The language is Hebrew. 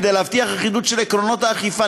כדי להבטיח אחידות של עקרונות האכיפה,